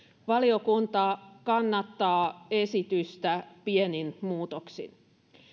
valiokunta kannattaa esitystä pienin muutoksin